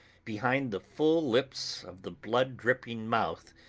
behind the full lips of the blood-dripping mouth,